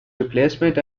replacement